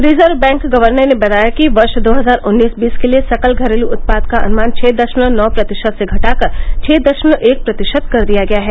reserve bank governor ने बताया कि वर्ष दो हजार उन्नीस बीस के लिए सकल घरेलू उत्पाद का अनुमान छह दशमलव नौ प्रतिशत से घटाकर छह दशमलव एक प्रतिशत कर दिया गया है